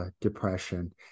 depression